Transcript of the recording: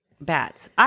Bats